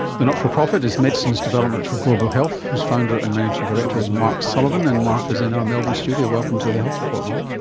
the not-for-profit is medicines development for global health, whose founder and managing director is mark sullivan, and mark is in our melbourne studio. welcome to the health report, mark.